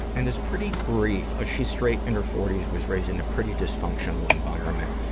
and it's pretty brief she's straight, in her forty s, was raised in a pretty dysfunctional environment.